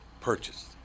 purchased